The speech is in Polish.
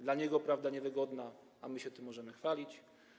Dla niego prawda jest niewygodna, a my się tym możemy chwalić.